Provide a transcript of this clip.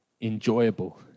enjoyable